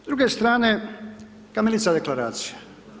S druge strane kamilica deklaracija.